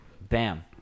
Bam